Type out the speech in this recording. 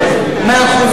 מאה אחוז.